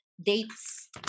dates